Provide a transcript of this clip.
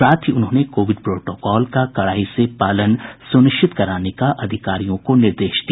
साथ ही उन्होंने कोविड प्रोटोकॉल का कड़ाई से पालन सुनिश्चित कराने का अधिकारियों को निर्देश दिया